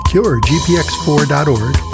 CureGPX4.org